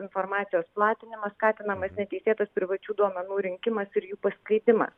informacijos platinimas skatinamas neteisėtas privačių duomenų rinkimas ir jų paskleidimas